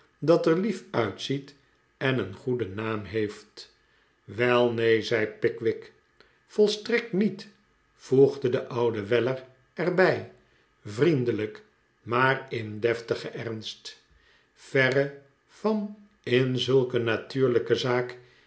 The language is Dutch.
dat er lief uitziet en een goeden naam heeft wel neen zei pickwick volstrekt niet voegde de oude weller er bij vriendelijk maar in deftigen ernst verre van in zulk een natuurlijke zaak